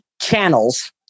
channels